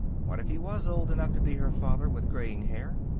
what if he was old enough to be her father, with graying hair?